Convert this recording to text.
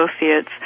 Associates